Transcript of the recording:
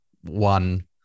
one